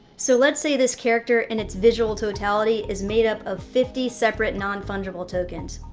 so let's say this character in its visual totality is made up of fifty separate non-fungible tokens.